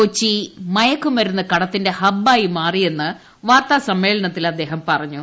കൊച്ചി മയക്കുമരുന്ന് കടത്തിന്റെ ഹബ്ബായി മാറിയെന്ന് വാർത്താ സമ്മേളനത്തിൽ അദ്ദേഹം പറഞ്ഞു